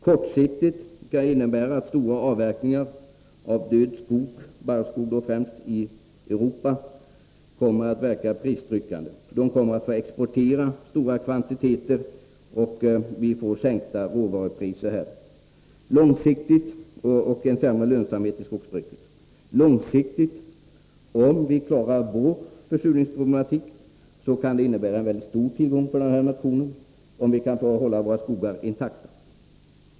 Kortsiktigt kan det innebära att stora avverkningar av död skog, främst barrskog, i Europa kommer att verka pristryckande. Man kommer att exportera stora kvantiteter, och vi får sänkta råvarupriser. Långsiktigt får vi en sämre lönsamhet i skogsbruket. Om vi klarar vår försurningsproblematik och kan hålla våra skogar intakta, kan det långsiktigt innebära en mycket stor tillgång för denna nation.